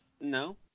No